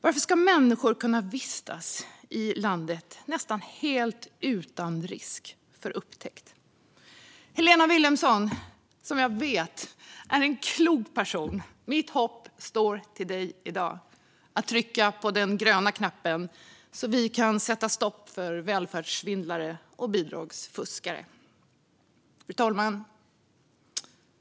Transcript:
Varför ska människor kunna vistas i landet nästan helt utan risk för upptäckt? Helena Vilhelmsson, som jag vet är en klok person, mitt hopp står till dig i dag att trycka på den gröna knappen så att vi kan sätta stopp för välfärdssvindlare och bidragsfuskare. Fru talman!